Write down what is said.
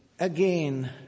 Again